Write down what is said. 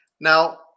Now